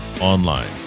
online